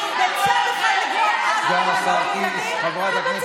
מצד אחד לגרום עוול לילדות וילדים,